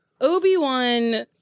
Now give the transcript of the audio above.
Obi-Wan